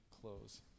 close